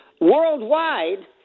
Worldwide